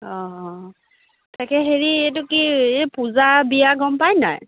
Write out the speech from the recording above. অঁ অঁ তাকে হেৰি এইটো কি এই পূজাৰ বিয়া গম পাই নাই